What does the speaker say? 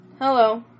hello